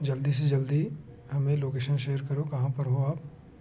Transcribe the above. जल्दी से जल्दी हमें लोकेशन शेयर करो कहाँ पर हो आप